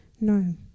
No